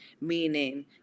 Meaning